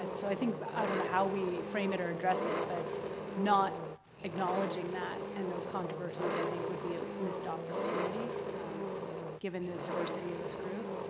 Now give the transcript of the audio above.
so i think. but i don't know how we frame it or address it, but not acknowledging that and those controversies i think would be a missed opportunity given the diversity of this group.